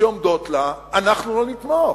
שעומדות לה, אנחנו לא נתמוך.